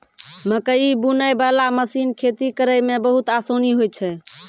मकैइ बुनै बाला मशीन खेती करै मे बहुत आसानी होय छै